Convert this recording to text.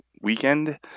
weekend